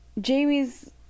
jamie's